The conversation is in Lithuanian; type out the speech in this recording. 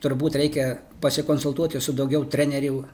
turbūt reikia pasikonsultuoti su daugiau trenerių